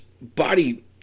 body